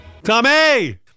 Tommy